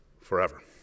forever